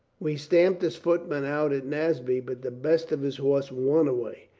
we stamped his footmen out at naseby, but the best of his horse won away.